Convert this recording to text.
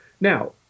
Now